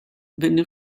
venne